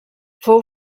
fou